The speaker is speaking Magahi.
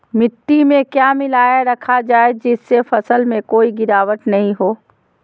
मिट्टी में क्या मिलाया रखा जाए जिससे फसल में कोई गिरावट नहीं होई?